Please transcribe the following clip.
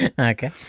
okay